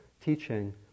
teaching